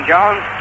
Jones